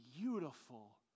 beautiful